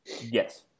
Yes